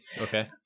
okay